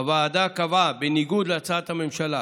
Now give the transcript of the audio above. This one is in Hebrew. הוועדה קבעה, בניגוד להצעת הממשלה,